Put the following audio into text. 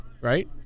right